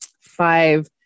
five